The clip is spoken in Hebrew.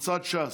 קבוצת ש"ס,